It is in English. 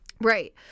Right